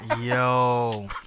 Yo